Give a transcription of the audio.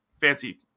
Fancy